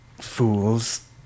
Fools